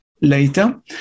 later